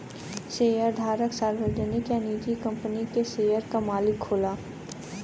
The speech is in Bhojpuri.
शेयरधारक सार्वजनिक या निजी कंपनी के शेयर क मालिक होला